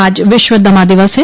आज विश्व दमा दिवस है